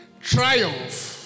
triumph